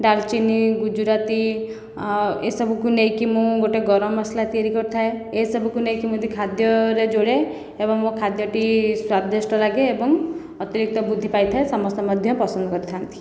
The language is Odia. ଡାଲଚିନି ଗୁଜୁରାତି ଏସବୁକୁ ନେଇକି ମୁଁ ଗୋଟିଏ ଗରମ ମସଲା ତିଆରି କରିଥାଏ ଏସବୁକୁ ନେଇକି ମୁଁ ଯଦି ଖାଦ୍ୟରେ ଯୋଡ଼େ ଏବଂ ମୋ ଖାଦ୍ୟଟି ସ୍ଵାଦିଷ୍ଟ ଲାଗେ ଏବଂ ଅତିରିକ୍ତ ବୃଦ୍ଧି ପାଇଥାଏ ସମସ୍ତେ ମଧ୍ୟ ପସନ୍ଦ କରିଥାନ୍ତି